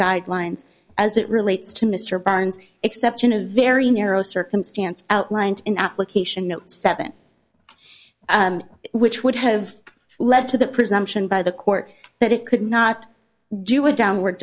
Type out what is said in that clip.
guidelines as it relates to mr barnes except in a very narrow circumstance outlined in application seven which would have led to the presumption by the court that it could not do a downward